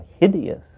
hideous